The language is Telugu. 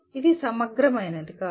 ఇది సమగ్రమైనది కాదు